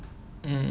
mm